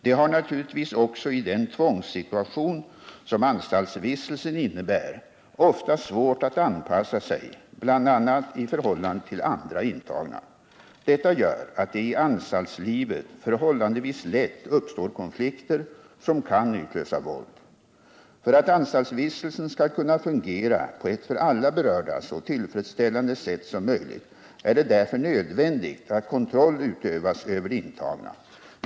De har naturligtvis också i den tvångssituation som anstaltsvistelsen innebär ofta svårt att anpassa sig bl.a. i förhållande till andra intagna. Detta gör att det i anstaltslivet förhållandevis lätt uppstår konflikter som kan utlösa våld. För att anstaltsvistelsen skall kunna fungera på ett för alla berörda så tillfredsställande sätt som möjligt är det därför nödvändigt att kontroll utövas över de intagna.